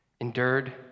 Endured